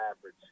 average